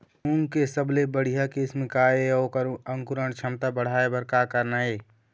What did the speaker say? मूंग के सबले बढ़िया किस्म का ये अऊ ओकर अंकुरण क्षमता बढ़ाये बर का करना ये?